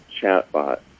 chatbot